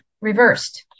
reversed